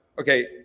okay